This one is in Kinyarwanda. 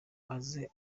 aze